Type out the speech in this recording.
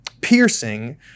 piercing